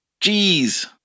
Jeez